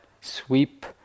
sweep